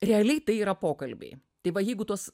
realiai tai yra pokalbiai tai va jeigu tuos